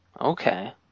Okay